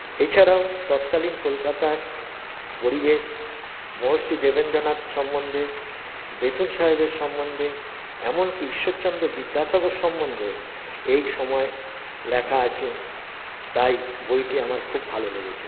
এছাড়াও তৎকালীন কলকাতায় পরিবেশ মহর্ষি দেবেন্দ্রনাথ সম্বন্ধে বেথুন সাহেবের সম্বন্ধে এমনকি ঈশ্বরচন্দ্র বিদ্যাসাগর সম্বন্ধেও এই সময় লেখা আছে তাই বইটি আমার খুব ভালো লেগেছে